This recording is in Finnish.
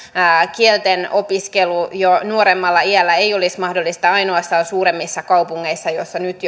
kielten opiskelu jo nuoremmalla iällä ei olisi mahdollista ainoastaan suuremmissa kaupungeissa joissa nyt